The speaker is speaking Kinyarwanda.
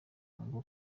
ngo